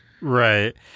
right